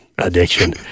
addiction